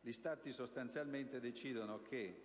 Gli Stati sostanzialmente decidono che